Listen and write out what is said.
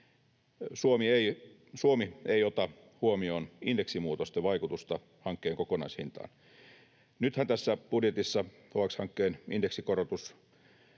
Suomi ei ota huomioon indeksimuutosten vaikutusta hankkeen kokonaishintaan. Nythän tässä budjetissa HX-hankkeen indeksikorotus